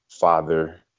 father